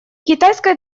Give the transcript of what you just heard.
китайская